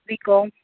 B com